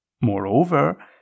Moreover